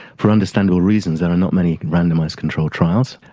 for understandable reasons there are not many randomised control trials.